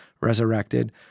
resurrected